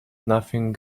nothing